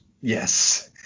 yes